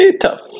tough